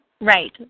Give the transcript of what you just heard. Right